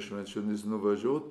švenčionys nuvažiuot